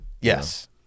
Yes